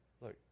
Look